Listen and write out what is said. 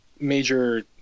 major